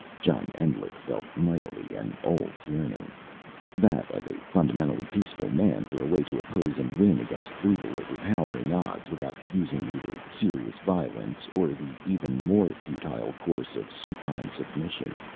john endlich felt mightily an old yearning that of a fundamentally peaceful man for a way to oppose and win against brutal, overpowering odds without using either serious violence or the even more futile course of supine submission.